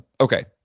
Okay